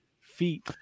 feet